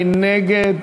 מי נגד?